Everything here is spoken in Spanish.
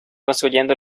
construyendo